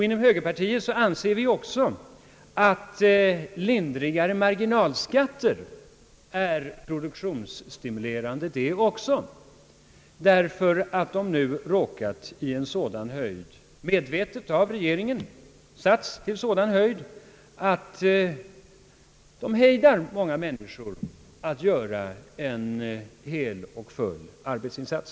Inom högerpartiet anser vi att också lindrigare marginalskatter är produktionsstimulerande därför att de nu — medvetet av regeringen — har hamnat på sådan höjd att de hejdar många människor att göra en hel och full arbetsinsats.